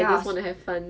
I just wanna have fun